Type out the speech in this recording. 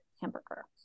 hamburger